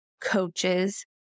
coaches